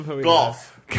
Golf